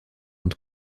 und